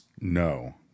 no